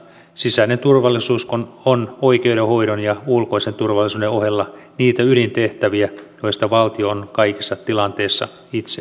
sisäinen turvallisuus on oikeudenhoidon ja ulkoisen turvallisuuden ohella niitä ydintehtäviä joista valtion on kaikissa tilanteissa itse huolehdittava